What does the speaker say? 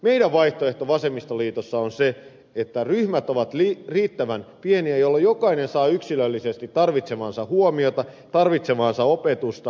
meidän vaihtoehtomme vasemmistoliitossa on se että ryhmät ovat riittävän pieniä jolloin jokainen saa yksilöllisesti tarvitsemaansa huomiota tarvitsemaansa opetusta